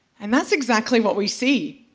and that's exactly what we see.